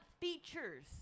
features